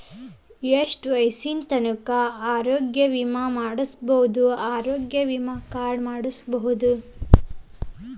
ಎಷ್ಟ ವಯಸ್ಸಿನ ತನಕ ಆರೋಗ್ಯ ವಿಮಾ ಮಾಡಸಬಹುದು ಆರೋಗ್ಯ ವಿಮಾದಿಂದ ಏನು ಉಪಯೋಗ ಆಗತೈತ್ರಿ?